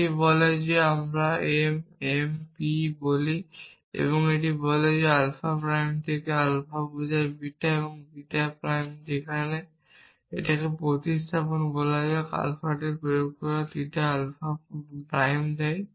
এটি বলে যে আমরা m m p বলি এবং এটি বলে যে আলফা প্রাইম থেকে এবং আলফা বোঝায় বিটা বিটা প্রাইম যেখানে একটি প্রতিস্থাপন বলা যাক আলফাতে প্রয়োগ করা থিটা আলফা প্রাইম দেয়